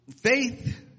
faith